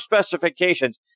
specifications